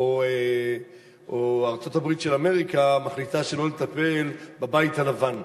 או ארצות-הברית של אמריקה מחליטה שלא לטפל בבית הלבן,